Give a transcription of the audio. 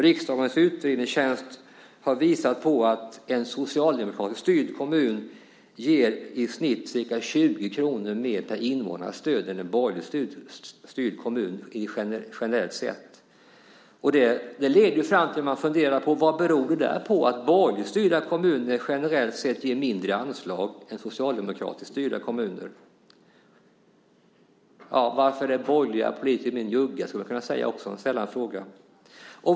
Riksdagens utredningstjänst har visat att en socialdemokratiskt styrd kommun ger i snitt ca 20 kr mer per invånare i stöd än en borgerligt styrd kommun generellt sett. Det leder fram till att man funderar på vad det beror på att borgerligt styrda kommuner generellt sett ger mindre i anslag än socialdemokratiskt styrda kommuner. Man skulle också kunna ställa frågan: Varför är borgerliga politiker mer njugga?